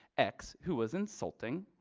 x, who was insulting,